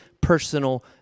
personal